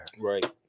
right